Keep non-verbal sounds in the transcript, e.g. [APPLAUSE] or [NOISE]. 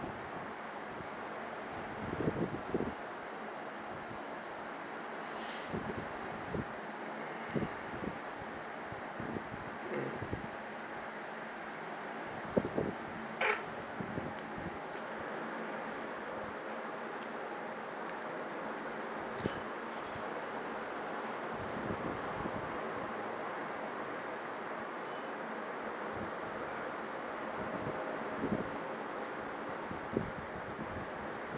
[BREATH] mm